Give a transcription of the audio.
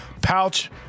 pouch